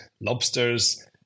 lobsters